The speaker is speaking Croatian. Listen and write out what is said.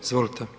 Izvolite.